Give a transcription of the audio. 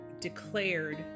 declared